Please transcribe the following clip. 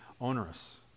onerous